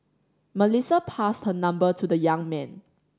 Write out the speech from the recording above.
Melissa passed her number to the young man